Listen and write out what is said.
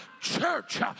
church